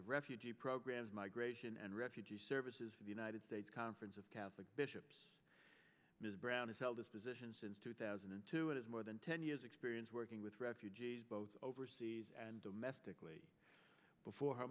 of refugee programs migration and refugee services for the united states conference of catholic bishops ms brown has held this position since two thousand and two and is more than ten years experience working with refugees both overseas and domestically before her